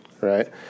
Right